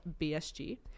BSG